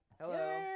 Hello